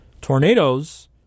Tornadoes